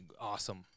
awesome